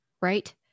Right